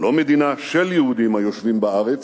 לא מדינה של יהודים היושבים בארץ,